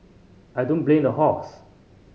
I don't blame the horse